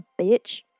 bitch